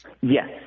Yes